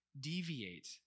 deviate